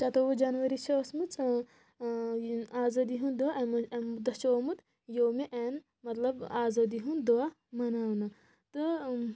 شتوُہ جنوری چھِ ٲسۍ مٕژ آزٲدی ہُنٛد دۄہ اَمہِ دۄہ چھُ آمُت یومہِ ایٚن مطلب آزٲدی ہُنٛد دۄہ مناونہٕ تہٕ